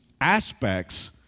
aspects